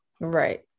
Right